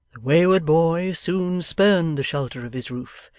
the wayward boy soon spurned the shelter of his roof,